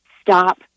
stop